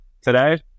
today